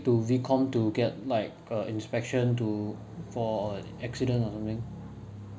to V comm to get like a inspection to for uh accident or something